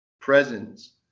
presence